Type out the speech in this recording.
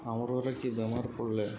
ଆମର୍ ଘରେ କେ ବେମାର୍ ପଡ଼୍ଲେ